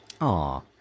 Aw